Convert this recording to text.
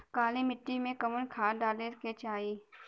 काली मिट्टी में कवन खाद डाले के चाही?